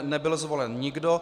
Nebyl zvolen nikdo.